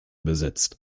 besetzt